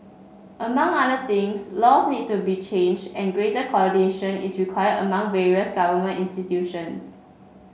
among other things laws need to be changed and greater coordination is required among various government institutions